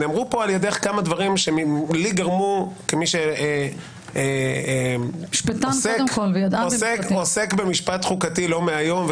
נאמרו פה על ידך כמה דברים שלי גרמו כמי שעוסק במשפט חוקתי לא מהיום,